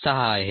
06 आहे